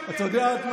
אתה יודע מה,